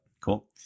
Cool